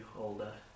older